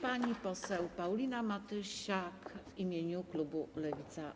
Pani poseł Paulina Matysiak w imieniu klubu Lewica.